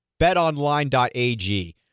betonline.ag